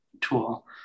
tool